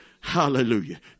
Hallelujah